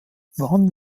wann